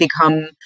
become